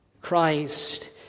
Christ